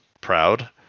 proud